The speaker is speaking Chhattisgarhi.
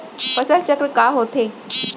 फसल चक्र का होथे?